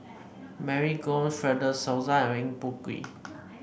Mary Gomes Fred De Souza and Eng Boh Kee